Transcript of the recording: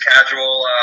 casual